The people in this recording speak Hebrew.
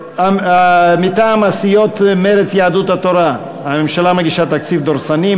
מטעם הסיעות מרצ ויהדות התורה: הממשלה מגישה תקציב דורסני,